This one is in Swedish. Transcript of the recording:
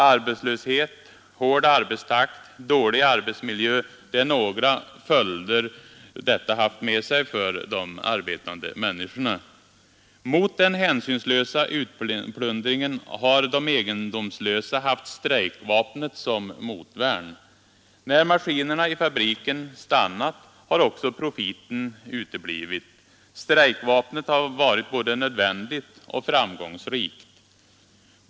Arbetslöshet, hård arbetstakt, dålig arbetsmiljö är några av de följder detta haft med sig för de arbetande människorna. Mot den hänsynslösa utplundringen har de egendomslösa haft strejkvapnet som motvärn. När maskinerna i fabrikerna stannat har också profiten uteblivit. Strejkvapnet har varit både nödvändigt och framgångsrikt.